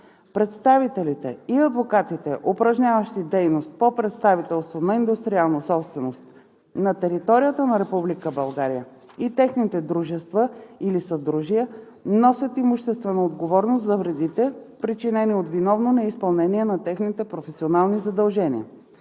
Представителите и адвокатите, упражняващи дейност по представителство по индустриална собственост на територията на Република България, и техните дружества или съдружия носят имуществена отговорност за вредите, причинени от виновно неизпълнение на техните професионални задължения.